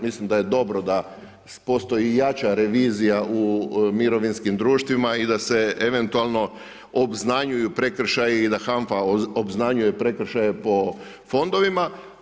Mislim da je dobro da postoji i jača revizija u mirovinskim društvima i da se eventualno obznanjuju prekršaji i da HANFA obznanjuje prekršaje po fondovima.